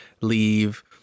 leave